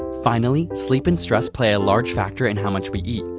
finally, sleep and stress play a large factor in how much we eat.